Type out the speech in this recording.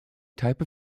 type